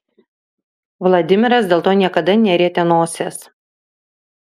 vladimiras dėl to niekada nerietė nosies